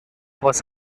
was